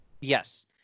Yes